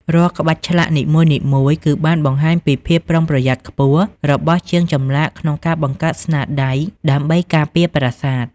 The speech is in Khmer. រាល់ក្បាច់ឆ្លាក់នីមួយៗគឺបានបង្ហាញពីភាពប្រុងប្រយ័ត្នខ្ពស់របស់ជាងចម្លាក់ក្នុងការបង្កើតស្នាដៃ ដើម្បីការពារប្រាសាទ។